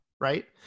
Right